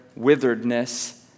witheredness